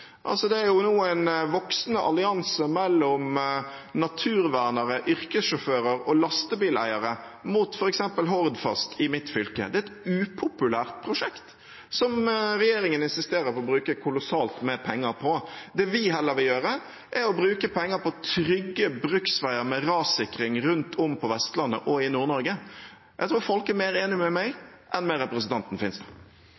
Det er nå en voksende allianse mellom naturvernere, yrkessjåfører og lastebileiere mot f.eks. Hordfast i mitt fylke. Det er et upopulært prosjekt, som regjeringen insisterer på å bruke kolossalt med penger på. Det vi heller vil gjøre, er å bruke penger på trygge bruksveier med rassikring rundt om på Vestlandet og i Nord-Norge. Jeg tror folk er mer enig med